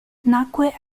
nacque